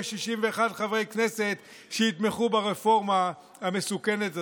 61 חברי כנסת שיתמכו ברפורמה המסוכנת הזאת.